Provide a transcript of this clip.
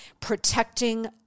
protecting